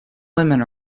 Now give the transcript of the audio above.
women